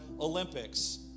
Olympics